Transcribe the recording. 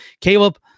Caleb